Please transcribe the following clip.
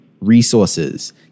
resources